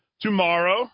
tomorrow